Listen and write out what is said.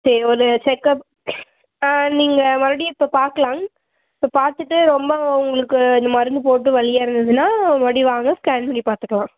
சரி ஒரு செக்அப் ஆ நீங்கள் மறுபுடியும் இப்போ பார்க்கலாம் இப்போ பார்த்துட்டு ரொம்ப உங்களுக்கு இந்த மருந்து போட்டு வலியாக இருந்ததுன்னா மறுபுடியும் வாங்க ஸ்கேன் பண்ணி பார்த்துக்கலாம்